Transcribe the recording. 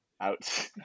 out